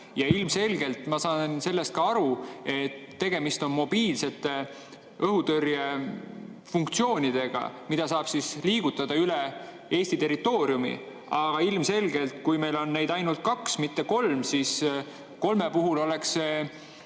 Ma saan ka aru sellest, et tegemist on mobiilsete õhutõrjefunktsioonidega, mida saab liigutada üle Eesti territooriumi, aga ilmselgelt, kui meil on neid ainult kaks, mitte kolm, siis kolme puhul oleks